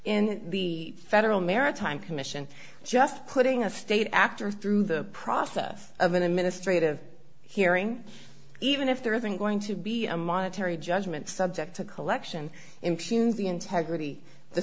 in the federal maritime commission just putting a state actor through the process of an administrative hearing even if there isn't going to be a monetary judgment subject to collection impugn the integrity